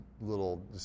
little